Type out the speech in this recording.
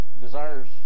desires